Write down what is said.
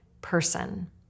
person